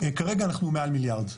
כרגע אנחנו מעל מיליארד.